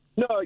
No